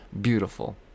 beautiful